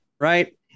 right